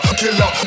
killer